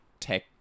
tech